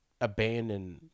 abandon